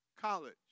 college